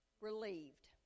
relieved